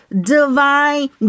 Divine